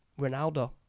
Ronaldo